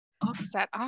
Offset